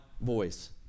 voice